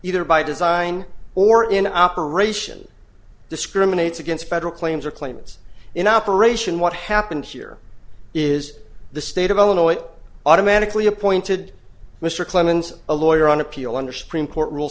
either by design or in operation discriminates against federal claims or claimants in operation what happened here is the state of illinois automatically appointed mr clemens a lawyer on appeal under screen court rule